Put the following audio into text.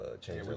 change